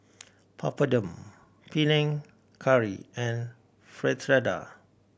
Papadum Panang Curry and Fritada